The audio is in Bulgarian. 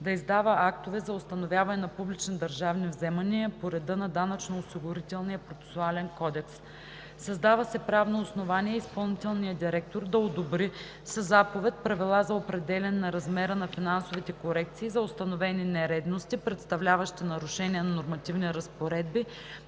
да издава актове за установяване на публични държавни вземания по реда на Данъчно-осигурителния процесуален кодекс. Създава се правно основание изпълнителният директор да одобри със заповед правила за определяне на размера на финансовите корекции за установени нередности, представляващи нарушения на нормативни разпоредби